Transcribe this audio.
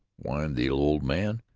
whined the old man.